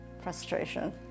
frustration